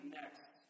next